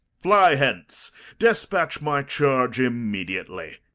fly hence despatch my charge immediately.